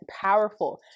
powerful